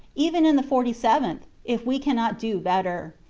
even in the forty-seventh, if we cannot do better.